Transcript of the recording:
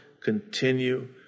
continue